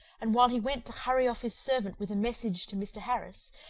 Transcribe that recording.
and while he went to hurry off his servant with a message to mr. harris,